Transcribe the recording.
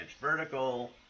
vertical